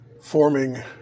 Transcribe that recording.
forming